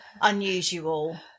unusual